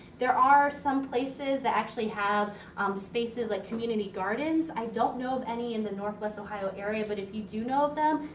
there are some places that actually have spaces like community gardens. i don't know of any in the northwest ohio area, but if you do know of them,